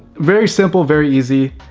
very simple, very easy,